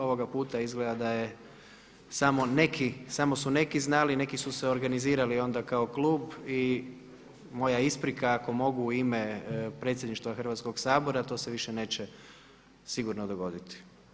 Ovoga puta izgleda da je samo neki, samo su neki znali, neki su se organizirali onda kao klub i moja isprika ako mogu u ime predsjedništva Hrvatskog sabora to se više neće sigurno dogoditi.